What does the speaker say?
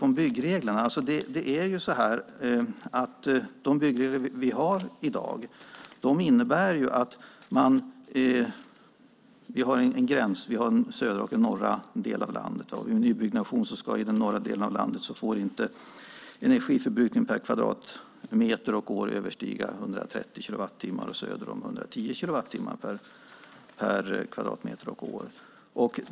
De byggregler vi har i dag innebär att vid nybyggnation får inte energiförbrukningen per kvadratmeter och år överskrida 130 kilowattimmar i den norra delen av landet och i den södra delen är gränsen 110 kilowattimmar per kvadratmeter och år.